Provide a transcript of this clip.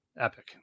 epic